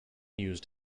used